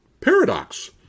Paradox